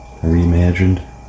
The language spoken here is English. Reimagined